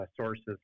sources